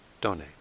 donate